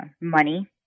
money